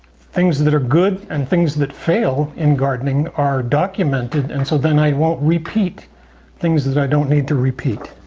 things that are good and things that fail in gardening are documented. and so then i won't repeat things that i don't need to repeat.